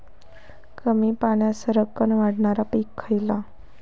कमी पाण्यात सरक्कन वाढणारा पीक खयला?